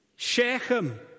Shechem